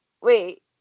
Wait